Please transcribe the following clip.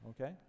Okay